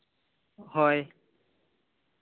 ᱦᱳᱭ